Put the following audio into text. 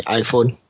iPhone